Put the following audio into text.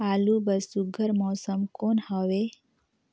आलू बर सुघ्घर मौसम कौन हवे?